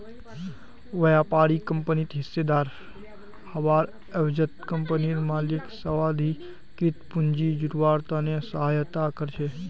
व्यापारी कंपनित हिस्सेदार हबार एवजत कंपनीर मालिकक स्वाधिकृत पूंजी जुटव्वार त न सहायता कर छेक